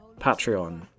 Patreon